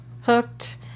hooked